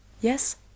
Yes